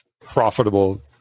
profitable